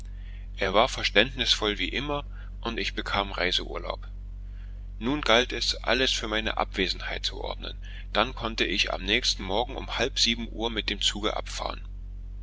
er war verständnisvoll wie immer und ich bekam reiseurlaub nun galt es alles für meine abwesenheit zu ordnen dann konnte ich am nächsten morgen um halb sieben uhr mit dem zuge abfahren